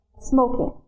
Smoking